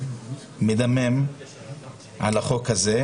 אנחנו נתייחס אליו בדברים בדיון הזה.